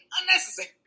unnecessary